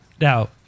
Now